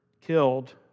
killed